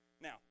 now